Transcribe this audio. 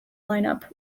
lineup